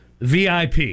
VIP